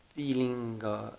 Feeling